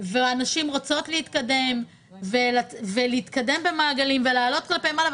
והנשים רוצות להתקדם במעגלים ולעלות כלפי מעלה.